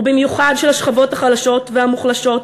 ובמיוחד המצב של השכבות החלשות והמוחלשות,